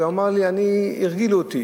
אז הוא אמר: הרגילו אותי,